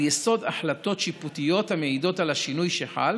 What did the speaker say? על יסוד החלטות שיפוטיות המעידות על השינוי שחל